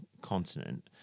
continent